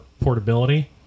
portability